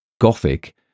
Gothic